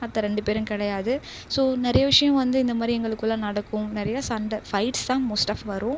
மற்ற ரெண்டு பேரும் கிடையாது ஸோ நிறைய விஷயங்கள் வந்து இந்த மாதிரி எங்களுக்குள்ள நடக்கும் நிறையா சண்டை ஃபைட்ஸ் தான் மோஸ்ட் ஆஃப் வரும்